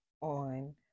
on